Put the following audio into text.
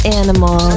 animal